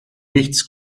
nichts